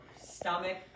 stomach